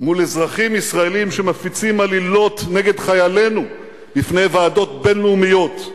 מול אזרחים ישראלים שמפיצים עלילות נגד חיילינו בפני ועדות בין-לאומיות,